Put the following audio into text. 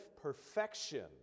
perfection